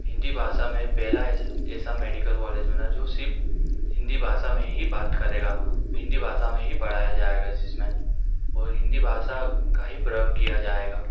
हिन्दी भाषा में पहला ऐसा मेडिकल कॉलेज बना जो सिर्फ़ हिन्दी भाषा में ही बात करेगा हिन्दी भाषा में ही पढ़ाया जाएगा जिसमें और हिन्दी भाषा का ही प्रयोग किया जाएगा